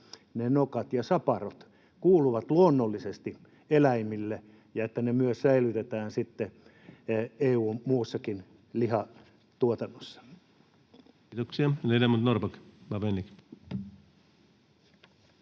että ne nokat ja saparot kuuluvat luonnollisesti eläimille ja että ne myös säilytetään sitten EU:n muussakin lihantuotannossa? [Speech